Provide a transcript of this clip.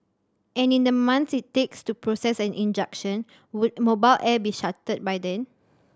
and in the months it takes to process an injunction would Mobile Air be shuttered by then